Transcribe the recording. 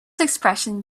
expression